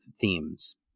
themes